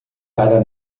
leider